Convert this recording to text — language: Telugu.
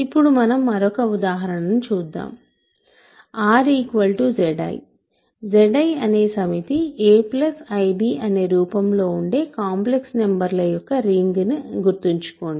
ఇప్పుడు మనం మరొక ఉదాహరణ ను చూద్దాంR Zi Zi అనే సమితి a i b అనే రూపం లో ఉండే కాంప్లెక్స్ నంబర్ల యొక్క రింగ్ అని గుర్తుంచుకోండి